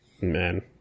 Man